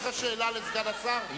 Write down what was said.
יש לך שאלה לסגן השר,